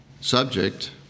Subject